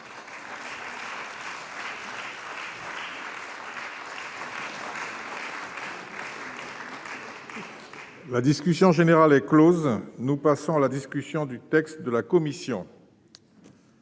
La discussion générale est close. Nous passons à la discussion du texte de la commission.